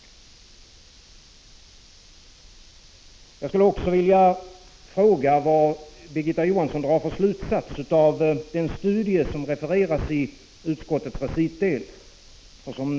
Vidare skulle jag vilja fråga vilken slutsats Birgitta Johansson drar av den studie som refereras i betänkandets recitdel.